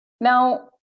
Now